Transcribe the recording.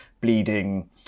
bleeding